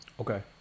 Okay